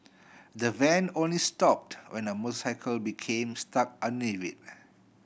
the van only stopped when a motorcycle became stuck underneath it